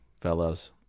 fellas